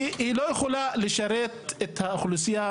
כי היא לא יכולה לשרת את האוכלוסייה